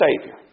Savior